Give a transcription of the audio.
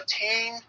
team